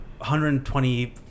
120